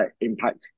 Impact